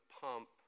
pump